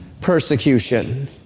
persecution